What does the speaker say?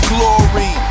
Glory